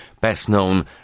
best-known